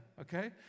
okay